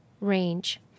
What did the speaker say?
range